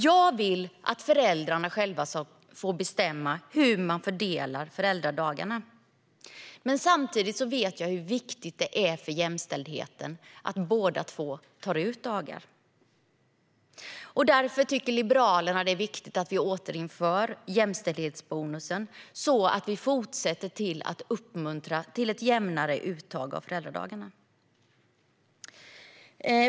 Jag vill att föräldrarna själva ska få bestämma över hur de fördelar föräldradagarna. Men samtidigt vet jag hur viktigt det är för jämställdheten att båda två tar ut dagar. Därför tycker Liberalerna att det är viktigt att vi återinför jämställdhetsbonusen så att vi fortsätter att uppmuntra till ett jämnare uttag av föräldradagarna.